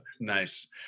Nice